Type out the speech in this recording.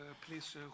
please